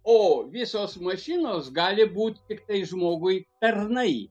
o visos mašinos gali būt tiktai žmogui tarnai